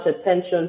attention